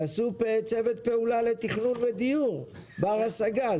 תעשו צוות פעולה לתכנון ודיור בר השגה.